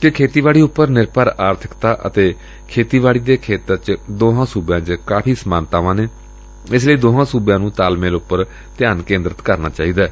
ਕਿ ਖੇਤੀਬਾੜੀ ਉਪਰ ਨਿਰਭਰ ਆਰਥਿਕਤਾ ਅਤੇ ਖੇਤੀਬਾੜੀ ਦੇ ਖੇਤਰ ਚ ਦੋਹਾਂ ਸੁਬਿਆਂ ਵਿਚ ਕਾਫੀ ਸਮਾਨਤਾਵਾਂ ਨੇ ਇਸ ਲਈ ਦੋਹਾਂ ਸੁਬਿਆਂ ਨੂੰ ਤਾਲਮੇਲ ਉਪਰ ਧਿਆਨ ਕੇਂਦਰਿਤ ਕਰਨਾ ਚਾਹੀਦੈ